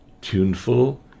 tuneful